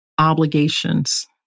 obligations